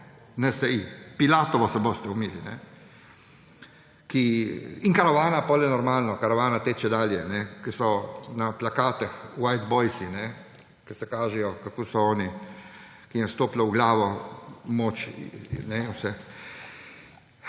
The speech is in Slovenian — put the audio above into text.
– NSi, pilatovo se boste umili. In karavana potem normalno, karavana teče dalje, so na plakatih white boysi, ki se kažejo, kako so oni, jim je stopila v glavo moč in vse.